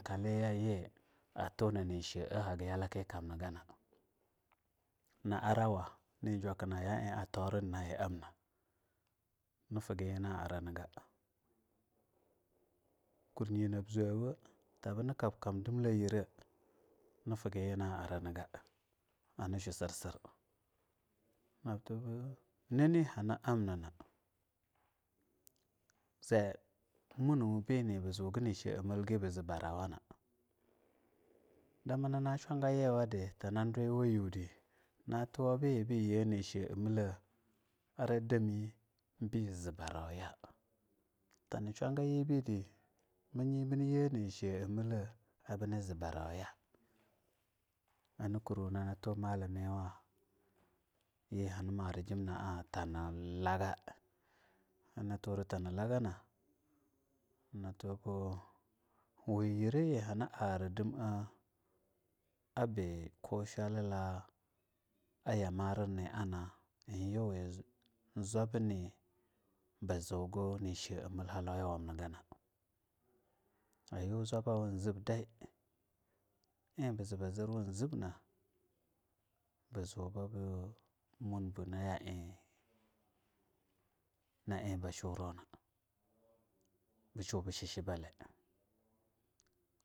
Kaleyaye a tuwona nishe ea hage a yalaka kamnigana niarawa nijwakina ya ie ataurina nyina amna nifugayena arranga kur nab zuwo tabuni ar kam dimla nyira ni fuga yena aragina nishu tsir sir nab tubu nani hana amnina zee munwo beni be zuga anishe amingi bu zee barawana, damne nani shwaga yiwudi nab tuwo bibu-baye a nishe amila adamibe zee a barauya, tani shwa ga yidi biyi biyee ani she amila demi be zee barauya arni kur nani tu-malamiwa we hani marijim naa ta ni laga arna tura tani lagana ana tubu we yerayi hana ara dim ea abi kusha lila ya marir niana ie yiwe zwab ni ba zuga a ni she a mil a halaunya wam nigana ayu zwaba zib dai ee bazi ba zir wa zibna ba zu babi munbeh aya ayi ba shurona ba shuba a shi shibale.